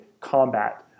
combat